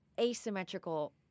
asymmetrical